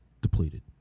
depleted